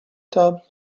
table